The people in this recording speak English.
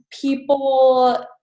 People